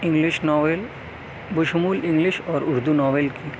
English novel بشمول English اور Urdu novel کے